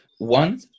One